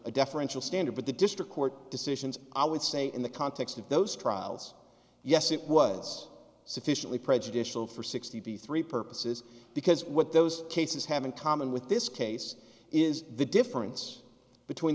a deferential standard but the district court decisions i would say in the context of those trials yes it was sufficiently prejudicial for sixty three purposes because what those cases have in common with this case is the difference between